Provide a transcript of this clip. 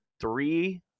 three